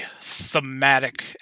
thematic